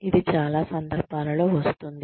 ఇది చాలా సందర్భాలలో వస్తుంది